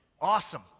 awesome